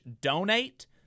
donate